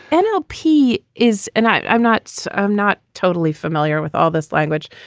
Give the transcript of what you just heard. an lp is an i'm i'm not so i'm not totally familiar with all this language,